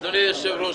אדוני היושב-ראש,